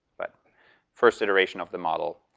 but first iteration of the model